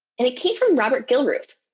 and it came from robert gilruth,